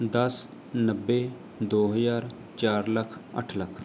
ਦਸ ਨੱਬੇ ਦੋ ਹਜ਼ਾਰ ਚਾਰ ਲੱਖ ਅੱਠ ਲੱਖ